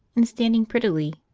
and standing prettily,